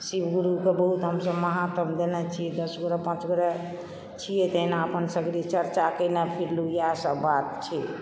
शिवगुरुके बहुत हमसभ महत्व देनय छियै दसगोरे पाँचगोरे छियै तऽ अहिना अपन सगरे चर्चा केनय फिरलु इएहसभ बात छै